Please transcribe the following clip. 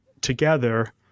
together